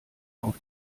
auf